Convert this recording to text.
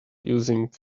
using